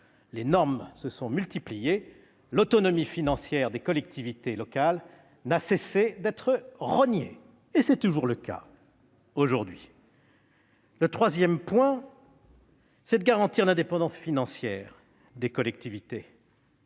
Les normes se sont multipliées ; l'autonomie financière des collectivités locales n'a cessé d'être rognée, et c'est toujours le cas aujourd'hui. Le troisième point, c'est de garantir l'indépendance financière des collectivités